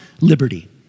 liberty